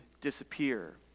disappear